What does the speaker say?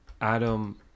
Adam